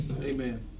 Amen